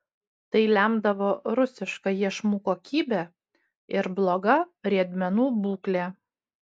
tai lemdavo rusiška iešmų kokybė ir bloga riedmenų būklė